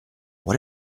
what